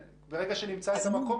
ברגע שאנחנו נמצא את המקום,